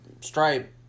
Stripe